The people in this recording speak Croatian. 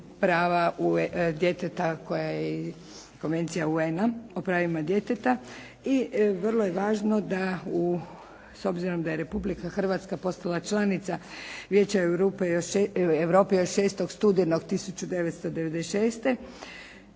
prava djeteta koja je Konvencija UN-a o pravima djeteta i vrlo je važno da s obzirom da je Republika Hrvatska postala članica Vijeća Europe još 6. studenog 1996.